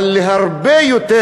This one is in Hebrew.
אבל הרבה יותר,